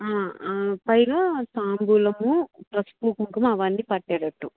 పైన తాంబూలము పసుపు కుంకుము అవన్నీ పట్టేటట్టు